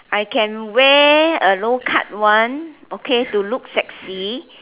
I can wear a low cut one okay to look sexy